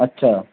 আচ্ছা